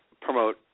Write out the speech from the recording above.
promote